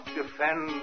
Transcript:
defend